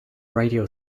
radio